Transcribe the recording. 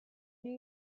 new